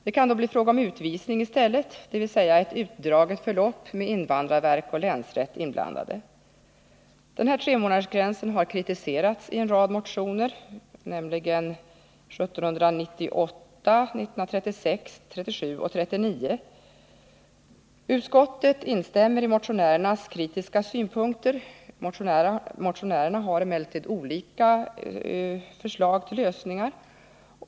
Det kan då bli fråga om utvisning i stället, dvs. ett utdraget förlopp med invandrarverk och länsrätt inblandade. Den här tremånadersgränsen har kritiserats i en rad motioner, nämligen motionerna 1798, 1936, 1937 och 1939. Utskottet instämmer i motionärernas kritiska synpunkter. I motionerna framförs emellertid olika förslag till lösningar.